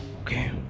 Okay